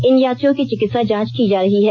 इन यात्रियों की चिकित्सा जांच की जा रही है